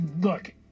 look